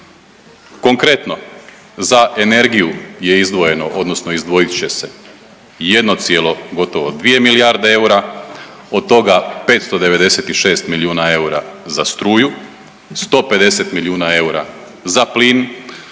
Konkretno, za energiju je izdvojeno odnosno izdvojit će se jedno cijelo gotovo dvije milijarde eura, od toga 596 milijuna eura za struju, 150 milijuna eura za plin,